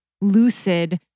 lucid